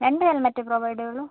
രണ്ട് ഹെൽമെറ്റേ പ്രൊവൈഡ് ചെയ്യുള്ളൂ